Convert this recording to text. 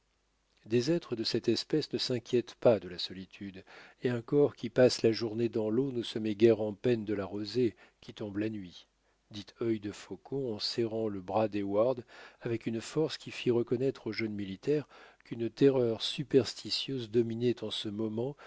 des êtres de cette espèce ne s'inquiètent pas de la solitude et un corps qui passe la journée dans l'eau ne se met guère en peine de la rosée qui tombe la nuit dit œil de faucon en serrant le bras d'heyward avec une force qui fit reconnaître au jeune militaire qu'une terreur superstitieuse dominait en ce moment